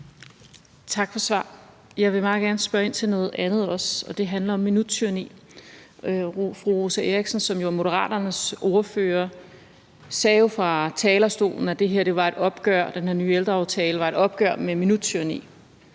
Tak for svaret. Jeg vil meget gerne spørge ind til noget andet også, og det handler om minuttyranni. Fru Rosa Eriksen, som jo er Moderaternes ordfører, sagde fra talerstolen, at det her, den her nye ældreaftale, var et opgør med minuttyranni.